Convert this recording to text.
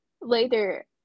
later